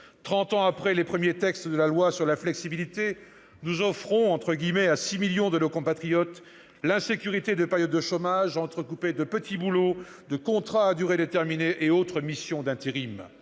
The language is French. ans après les premiers textes de loi sur la flexibilité, nous « offrons » à 6 millions de nos compatriotes l'insécurité de périodes de chômage entrecoupées de petits boulots, de contrats à durée déterminée et autres missions d'intérim.